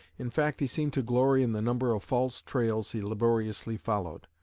in fact he seemed to glory in the number of false trails he laboriously followed.